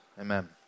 Amen